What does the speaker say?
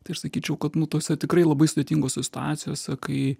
tai aš sakyčiau kad nu tose tikrai labai sudėtingose situacijose kai